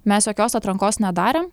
mes jokios atrankos nedarėm